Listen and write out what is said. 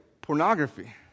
pornography